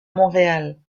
montréal